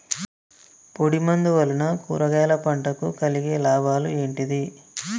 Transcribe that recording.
పొడిమందు వలన కూరగాయల పంటకు కలిగే లాభాలు ఏంటిది?